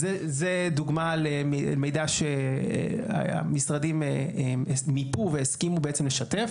זו דוגמה למידע שהמשרדים מיפו והסכימו לשתף.